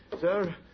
sir